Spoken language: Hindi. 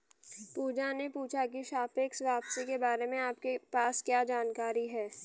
पूजा ने पूछा की सापेक्ष वापसी के बारे में आपके पास क्या जानकारी है?